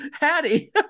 Hattie